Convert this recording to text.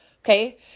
okay